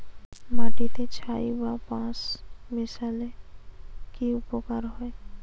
মাটিতে ছাই বা পাঁশ মিশালে কি উপকার হয়?